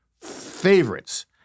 favorites